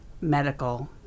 medical